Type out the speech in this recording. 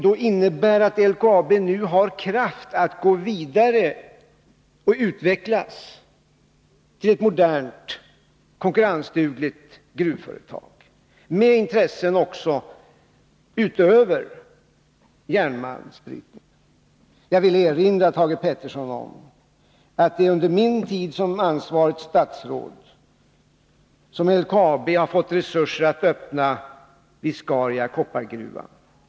Det innebär att LKAB nu har kraft att utvecklas till ett modernt konkurrensdugligt gruvföretag med intressen också utöver järnmalmsbrytning. Jag vill erinra Thage Peterson om att det är under min tid som ansvarigt statsråd som LKAB har fått resurser att öppna Viscariakoppargruvan.